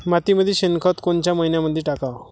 मातीमंदी शेणखत कोनच्या मइन्यामंधी टाकाव?